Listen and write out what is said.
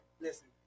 listen